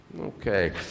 Okay